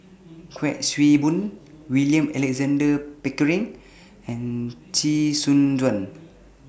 Kuik Swee Boon William Alexander Pickering and Chee Soon Juan